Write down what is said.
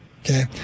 Okay